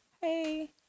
hey